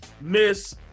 Miss